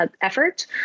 effort